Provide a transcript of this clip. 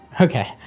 okay